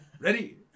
Ready